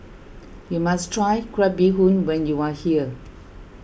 you must try Crab Bee Hoon when you are here